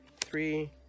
three